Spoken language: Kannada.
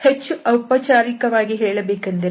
ಹೆಚ್ಚು ಔಪಚಾರಿಕವಾಗಿ ಹೇಳಬೇಕೆಂದರೆ